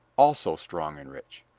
also strong and rich.